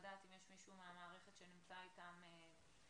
לדעת אם יש מישהו מהמערכת שנמצא איתם בקשר.